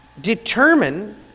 determine